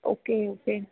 okay okay